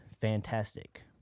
fantastic